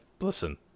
listen